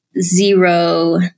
zero